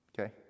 Okay